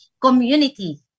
community